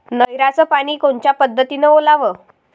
नयराचं पानी कोनच्या पद्धतीनं ओलाव?